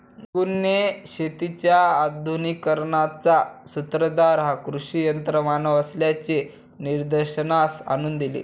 गुनगुनने शेतीच्या आधुनिकीकरणाचा सूत्रधार हा कृषी यंत्रमानव असल्याचे निदर्शनास आणून दिले